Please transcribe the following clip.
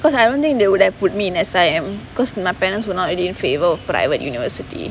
'because I don't think they would have put me in S_I_M because my parents were not in favour of private university